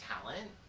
talent